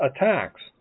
attacks